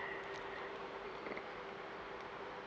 mm